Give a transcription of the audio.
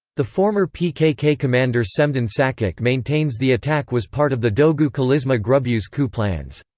the former pkk commander semdin sakik maintains the attack was part of the dogu calisma grubu's coup plans.